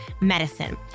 Medicine